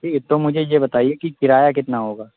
ٹھیک ہے تو مجھے یہ بتائیے کہ کرایہ کتنا ہوگا